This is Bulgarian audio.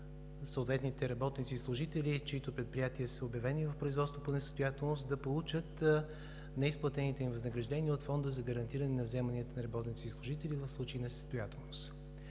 съответните работници и служители, чиито предприятия са обявени в производство по несъстоятелност, да получат неизплатените им възнаграждения от Фонда за гарантиране на вземанията на работници и служители в случай на несъстоятелност.